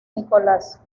nicolas